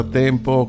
tempo